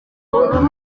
runoze